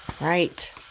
Right